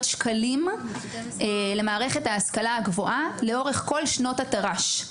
שקלים למערכת ההשכלה הגבוהה לאורך כל שנות התר"ש.